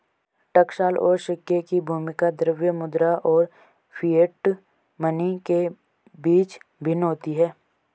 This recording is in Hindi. टकसाल और सिक्के की भूमिका द्रव्य मुद्रा और फिएट मनी के बीच भिन्न होती है